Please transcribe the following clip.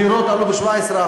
הדירות עלו ב-17%.